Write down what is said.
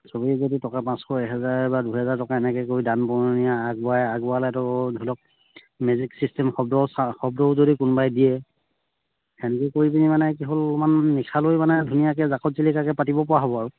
সবেই যদি টকা পাঁচশ এহেজাৰ বা দুহেজাৰ টকা এনেকৈ কৰি দান বৰঙণি আগবঢ়ায় আগবঢ়ালেতো ধৰি লওক মিউজিক চিষ্টেম শব্দ চা শব্দও যদি কোনোবাই দিয়ে তেনেকৈ কৰি পিনি মানে কি হ'ল অকণমান নিশালৈ মানে ধুনীয়াকৈ জাকত জিলিকাকৈ পাতিব পৰা হ'ব আৰু